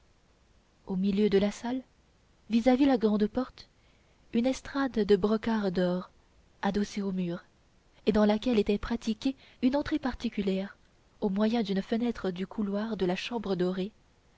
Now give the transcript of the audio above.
au milieu de la salle vis-à-vis la grande porte une estrade de brocart d'or adossée au mur et dans laquelle était pratiquée une entrée particulière au moyen d'une fenêtre du couloir de la chambre dorée